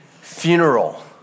Funeral